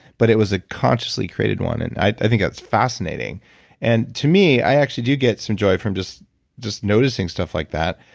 but it was a consciously created one. and i think that's fascinating and to me, i actually do get some joy from just just noticing stuff like that.